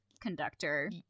conductor